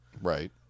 Right